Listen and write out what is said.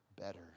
better